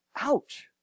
ouch